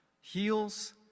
Heals